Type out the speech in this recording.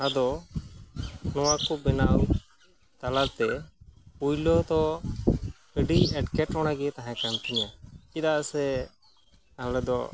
ᱟᱫᱚ ᱱᱚᱣᱟᱠᱚ ᱵᱮᱱᱟᱣ ᱛᱟᱞᱟᱛᱮ ᱯᱳᱭᱞᱳᱫᱚ ᱟᱹᱰᱤ ᱮᱴᱠᱮᱴᱚᱬᱮ ᱜᱮ ᱛᱟᱦᱮᱸ ᱠᱟᱱ ᱛᱤᱧᱟᱹ ᱪᱮᱫᱟᱜᱥᱮ ᱟᱞᱮᱫᱚ